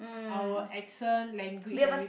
our accent language every